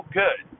good